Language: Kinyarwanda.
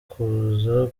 kuza